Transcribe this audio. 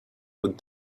with